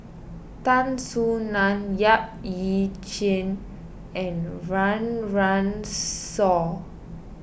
Tan Soo Nan Yap Ee Chian and Run Run Shaw